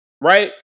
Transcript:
right